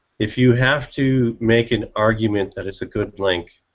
if you have to make an argument that is a good link,